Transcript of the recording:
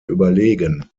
überlegen